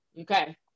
Okay